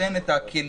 שנותן את הכלים,